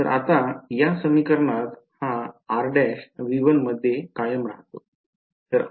तर आता या समीकरणात हा r' V1मध्ये कायम राहतो